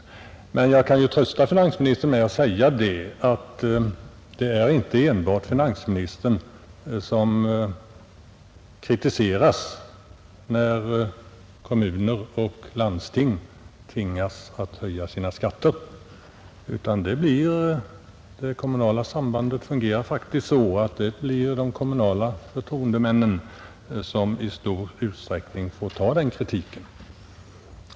Jag kan emellertid trösta finansministern med att påpeka att det inte är enbart finansministern som kritiseras när kommuner och landsting tvingas att höja sina skatter. Det kommunala sambandet fungerar faktiskt så, att det i stor utsträckning blir de kommunala förtroendemännen som får ta den kritiken.